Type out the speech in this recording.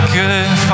good